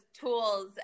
tools